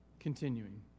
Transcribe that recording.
Continuing